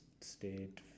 stayed